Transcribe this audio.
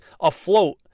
afloat